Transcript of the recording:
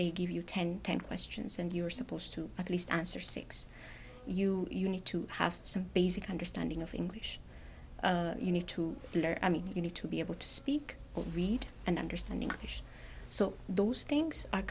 give you ten ten questions and you're supposed to at least answer six you you need to have some basic understanding of english you need to learn i mean you need to be able to speak read and understand english so those things are